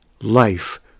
life